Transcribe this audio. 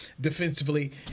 defensively